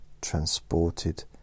transported